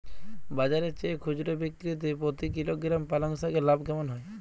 বাজারের চেয়ে খুচরো বিক্রিতে প্রতি কিলোগ্রাম পালং শাকে লাভ কেমন হয়?